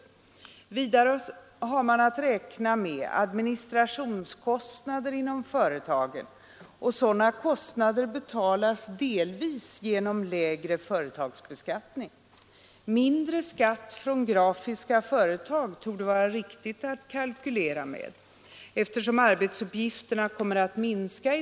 Vidare har man att räkna med administrationskostnader inom företagen, och sådana kostnader betalas delvis genom lägre företagsbeskattning. Mindre skatt från grafiska företag torde det vara riktigt att kalkylera med, eftersom arbetsuppgifterna i den branschen kommer att minska.